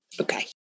okay